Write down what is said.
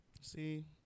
See